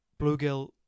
Bluegill